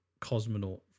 cosmonaut